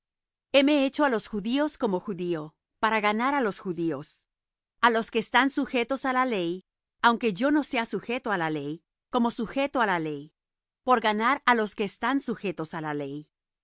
heme hecho á los judíos como judío por ganar á los judíos á los que están sujetos á la ley aunque yo no sea sujeto á la ley como sujeto á la ley por ganar á los que están sujetos á la ley